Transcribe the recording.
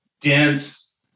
dense